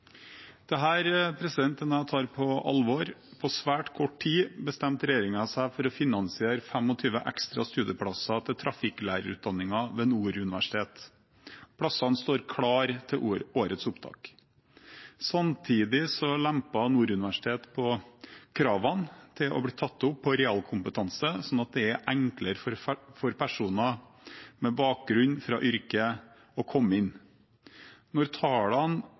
jeg tar på alvor. På svært kort tid bestemte regjeringen seg for å finansiere 25 ekstra studieplasser til trafikklærerutdanningen ved Nord universitet. Plassene står klare til årets opptak. Samtidig lempet Nord universitet på kravene til å bli tatt opp på realkompetanse sånn at det er enklere for personer med bakgrunn fra yrket å komme inn. Når